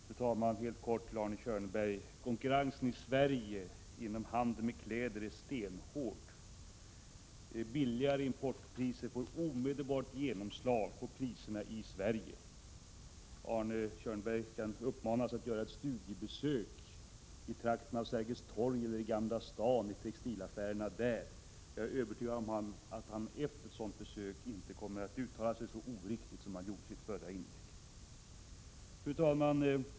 Fru talman! Jag vill helt kort säga till Arne Kjörnsberg att konkurrensen inom handeln med kläder i Sverige är stenhård och att lägre importpriser får ett omedelbart genomslag på priserna. Arne Kjörnsberg uppmanas att göra ett studiebesök i textilaffärerna i trakten av Sergels torg eller i Gamla stan. Jag är övertygad om att han efter ett sådant besök inte kommer att uttala sig så oriktigt som han gjorde i sitt förra inlägg. Fru talman!